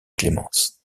clémence